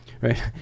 right